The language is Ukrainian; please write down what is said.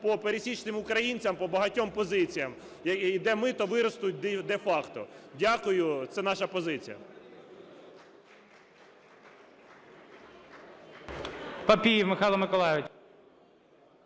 по пересічним українцям, по багатьом позиціям, де мито виростуть де-факто. Дякую. Це наша позиція.